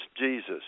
Jesus